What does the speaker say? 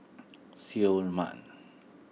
Seoul Mart